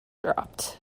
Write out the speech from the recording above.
dropped